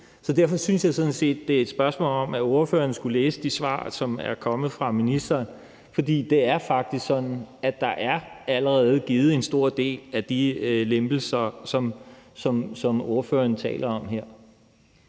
Derfor synes jeg sådan set, at det er et spørgsmål om, at ordføreren skulle læse de svar, som er kommet fra ministeren, for det er faktisk sådan, at der allerede er givet en stor del af de lempelser, som ordføreren taler om her.